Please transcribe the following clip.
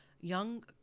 Young